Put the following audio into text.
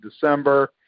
December